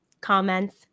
comments